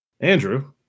Andrew